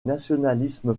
nationalisme